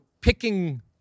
picking